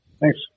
Thanks